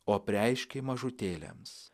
o apreiškei mažutėliams